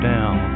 Down